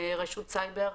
רשות הסייבר,